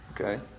Okay